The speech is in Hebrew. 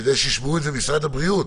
כדי שישמעו את זה ממשרד הבריאות,